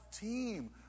team